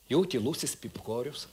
jau tylusis pypkorius